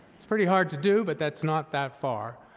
it's pretty hard to do, but that's not that far,